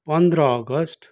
पन्ध्र अगस्त